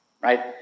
Right